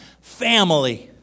family